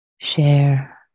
share